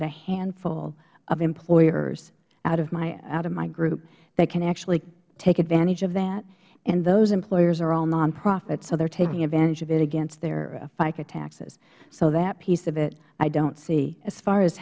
a handful of employers out of my group that can actually take advantage of that and those employers are all nonprofits so they are taking advantage of it against their fica taxes so that piece of it i don't see as far as